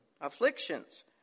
afflictions